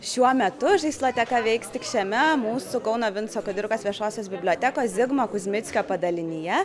šiuo metu žaisloteka veiks tik šiame mūsų kauno vinco kudirkos viešosios bibliotekos zigmo kuzmickio padalinyje